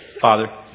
Father